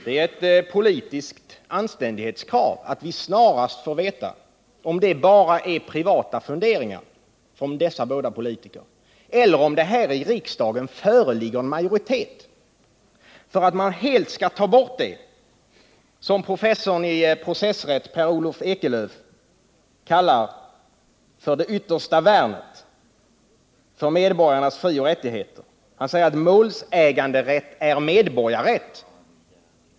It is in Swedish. Det är ett politiskt anständighetskrav att vi snarast får veta om detta bara är dessa båda politikers privata funderingar eller om det här i riksdagen föreligger majoritet för att man helt skall ta bort det som professorn i processrätt Per Olof Ekelöf kallar för det yttersta värnet för medborgarnas frioch rättigheter. Han säger att målsäganderätt är medborgarrätt.